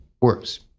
works